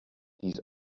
dies